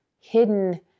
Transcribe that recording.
hidden